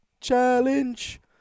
challenge